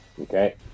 Okay